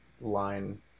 line